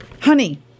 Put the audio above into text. Honey